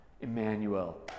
Emmanuel